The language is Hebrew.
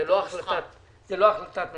זאת לא החלטת ממשלה,